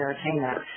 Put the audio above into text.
entertainment